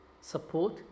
support